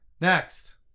Next